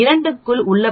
2 க்குள் உள்ள பகுதி 95